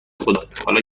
خدا، حالا